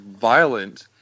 violent